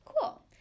Cool